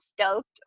stoked